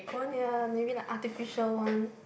ya maybe like artificial one